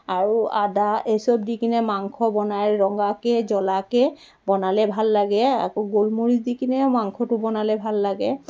আৰু আদা এই চব দি কিনে মাংস বনাই ৰঙাকৈ জ্বলাকৈ বনালে ভাল লাগে আকৌ গোল মৰিজ দি কিনেও মাংসটো বনালে ভাল লাগে